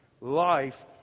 Life